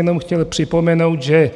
Tak jsem jenom chtěl připomenout, že